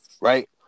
right